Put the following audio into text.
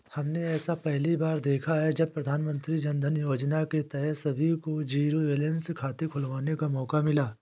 हमने ऐसा पहली बार देखा है जब प्रधानमन्त्री जनधन योजना के तहत सभी को जीरो बैलेंस खाते खुलवाने का मौका मिला